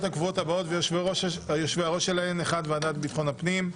הקבועות ויושבי-הראש שלהן: 1. ועדת ביטחון פנים,